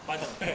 five on bet